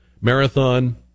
marathon